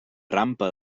rampa